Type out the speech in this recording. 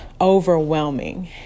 overwhelming